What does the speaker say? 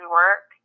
work